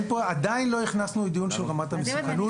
עדיין בחשבון הזה לא הכנסנו דיון של רמת המסוכנות